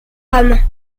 rome